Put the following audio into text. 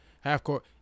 half-court